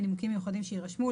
מנימוקים מיוחדים שירשמו,